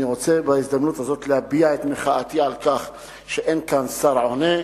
אני רוצה בהזדמנות הזאת להביע את מחאתי על כך שאין כאן שר עונה,